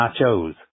nachos